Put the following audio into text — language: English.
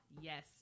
yes